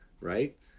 right